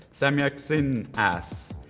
samyak singh asks,